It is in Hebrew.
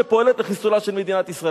שפועלת לחיסולה של מדינת ישראל,